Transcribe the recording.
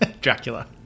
Dracula